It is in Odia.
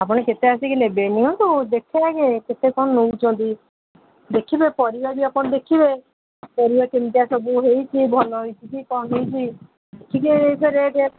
ଆପଣ କେତେ ଆସିକି ନେବେ ନିଅନ୍ତୁ ଦେଖେ ଆଗେ କେତେ କ'ଣ ନେଉଛନ୍ତି ଦେଖିବେ ପରିବା ବି ଆପଣ ଦେଖିବେ ପରିବା କେମିତିଆ ସବୁ ହୋଇଛି ଭଲ ହୋଇଛି କି କ'ଣ ହୋଇଛି ଦେଖିକି ଏ ରେଟ୍